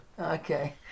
Okay